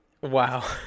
Wow